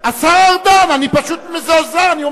תעזרו